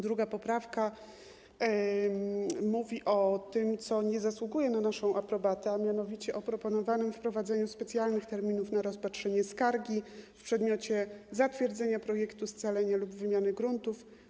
Druga poprawka mówi o tym, co nie zasługuje na naszą aprobatę, a mianowicie o proponowanym wprowadzeniu specjalnych terminów rozpatrzenia skargi w przedmiocie zatwierdzenia projektu scalenia lub wymiany gruntów.